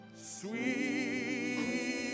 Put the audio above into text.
sweet